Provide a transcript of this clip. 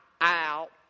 out